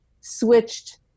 switched